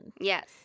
Yes